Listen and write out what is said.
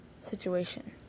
situation